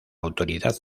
autoridad